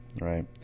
right